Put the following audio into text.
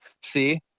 See